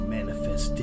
Manifest